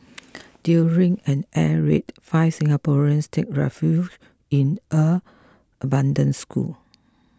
during an air raid five Singaporeans take refuge in an abandoned school